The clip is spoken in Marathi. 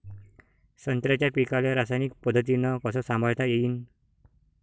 संत्र्याच्या पीकाले रासायनिक पद्धतीनं कस संभाळता येईन?